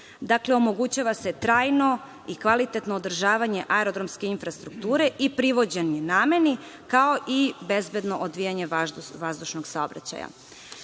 Omogućava se trajno i kvalitetno održavanje aerodromske infrastrukture i privođenje nameni, kao i bezbedno odvijanje vazdušnog saobraćaja. Predviđeno